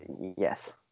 Yes